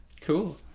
Cool